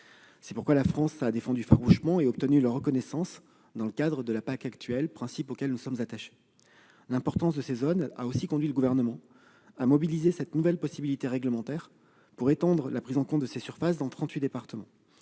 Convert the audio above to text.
C'est pourquoi la France a farouchement défendu ces surfaces et obtenu leur reconnaissance dans le cadre de la PAC actuelle, principe auquel nous sommes attachés. L'importance de ces zones a aussi conduit le Gouvernement à mobiliser la nouvelle possibilité réglementaire pour étendre la prise en compte de ces surfaces dans trente-huit départements.